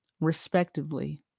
respectively